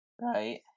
Right